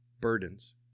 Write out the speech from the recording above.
burdens